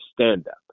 stand-up